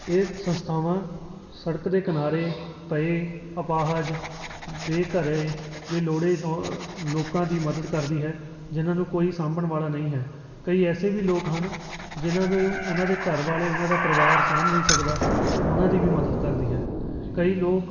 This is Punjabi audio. ਇਹ ਸੰਸਥਾਵਾਂ ਸੜਕ ਦੇ ਕਿਨਾਰੇ ਪਏ ਅਪਾਹਜ ਬੇਘਰੇ ਬੇਲੋੜੇ ਲੋਕਾਂ ਦੀ ਮਦਦ ਕਰਦੀ ਹੈ ਜਿਨ੍ਹਾਂ ਨੂੰ ਕੋਈ ਸਾਂਭਣ ਵਾਲਾ ਨਹੀਂ ਹੈ ਕਈ ਐਸੇ ਵੀ ਲੋਕ ਹਨ ਜਿਨ੍ਹਾਂ ਨੂੰ ਉਹਨਾਂ ਦੇ ਘਰ ਵਾਲੇ ਉਹਨਾਂ ਦਾ ਪਰਿਵਾਰ ਸਾਂਭ ਨਹੀਂ ਸਕਦਾ ਉਹਨਾਂ ਦੀ ਵੀ ਮਦਦ ਕਰਦੀ ਹੈ ਕਈ ਲੋਕ